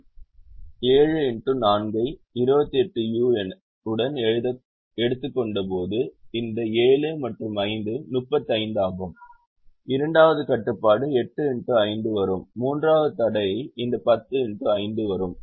M 7 x 4 ஐ 28u உடன் எடுத்துக்கொண்டபோது இந்த 7 மற்றும் 5 35 ஆகும் இரண்டாவது கட்டுப்பாடு 8x5 வரும் மூன்றாவது தடை இந்த 10x5 வரும்